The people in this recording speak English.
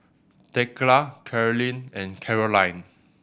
Thekla Carlyn and Karolyn